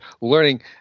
learning